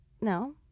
No